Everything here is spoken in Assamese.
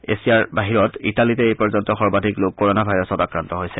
এছিয়াৰ বাহিৰত ইটালীতে এই পৰ্যন্ত সৰ্বাধিক লোক কৰনা ভাইৰাছত আক্ৰান্ত হৈছে